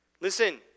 Listen